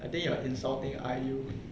I think you are insulting iu